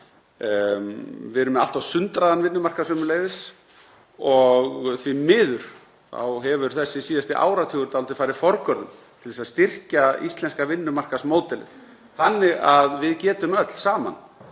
Við erum með allt of sundraðan vinnumarkað sömuleiðis og því miður þá hefur þessi síðasti áratugur dálítið farið forgörðum til þess að styrkja íslenska vinnumarkaðsmódelið þannig að við getum öll saman